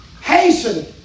Hasten